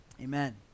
amen